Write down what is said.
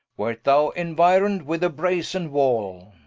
wer't thou inuiron'd with a brazen wall